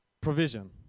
provision